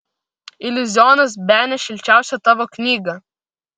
iliuzionas bene šilčiausia tavo knyga